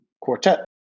Quartet